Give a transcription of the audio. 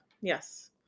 Yes